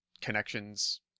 connections